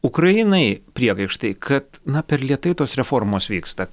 ukrainai priekaištai kad na per lėtai tos reformos vyksta